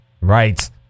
right